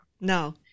No